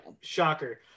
Shocker